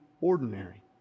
ordinary